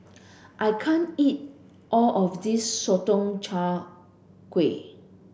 I can't eat all of this Sotong Char Kway